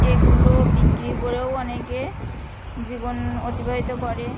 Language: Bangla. এগুলো বিক্রি করেও অনেকে জীবন অতিবাহিত করে